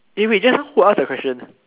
eh wait just now who ask the question